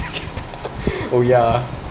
oh ya ah